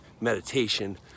meditation